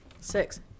Six